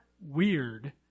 weird